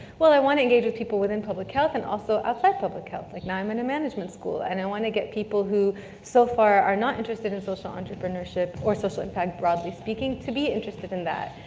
well i wanna engage with people within public health and also outside public health. like now i'm in a management school, and i wanna get people who so far are not interested in social entrepreneurship or social impact broadly speaking to be interested in that.